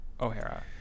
O'Hara